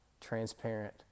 transparent